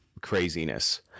craziness